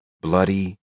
bloody